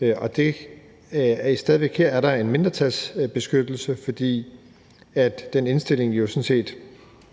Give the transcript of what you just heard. Her er der stadig væk en mindretalsbeskyttelse, fordi den indstilling